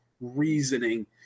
reasoning